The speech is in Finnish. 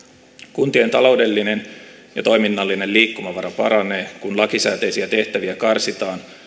kuntien taloudellinen ja toiminnallinen liikkumavara paranee kun lakisääteisiä tehtäviä karsitaan